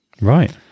Right